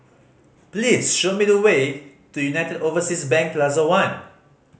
please show me the way to United Overseas Bank Plaza One